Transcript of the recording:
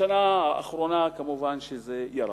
בשנה האחרונה מובן שזה ירד.